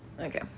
okay